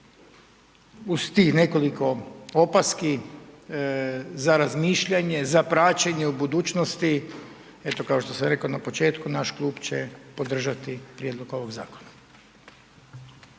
Uz tih nekoliko opaski za razmišljanje, za praćenje u budućnosti, eto kao što sam reko u početku, naš klub će podržati prijedlog ovog zakona.